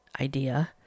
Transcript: idea